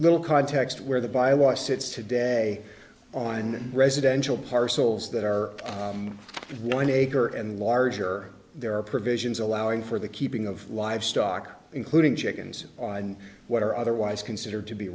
little context where the byelaws sits today on residential parcels that are one acre and larger there are provisions allowing for the keeping of livestock including chickens on what are otherwise considered to be